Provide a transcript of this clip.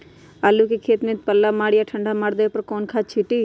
आलू के खेत में पल्ला या ठंडा मार देवे पर कौन खाद छींटी?